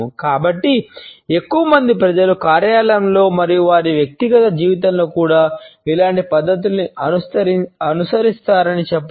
కాబట్టి ఎక్కువ మంది ప్రజలు కార్యాలయంలో మరియు వారి వ్యక్తిగత జీవితంలో కూడా ఇలాంటి పద్ధతులను అనుసరిస్తారని చెప్పడం